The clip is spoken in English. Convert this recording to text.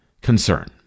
concern